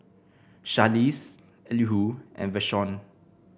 Charlize Elihu and Vashon